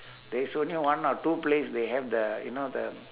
there is only one or two place they have the you know the